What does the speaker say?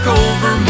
over